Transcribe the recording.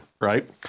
right